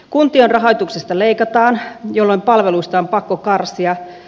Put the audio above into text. kuntien rahoituksesta leikataan jolloin palveluista on pakko karsia